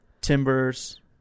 Timbers